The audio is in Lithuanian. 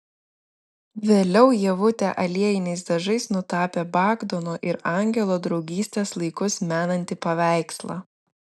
vėliau ievutė aliejiniais dažais nutapė bagdono ir angelo draugystės laikus menantį paveikslą